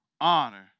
honor